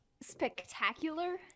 spectacular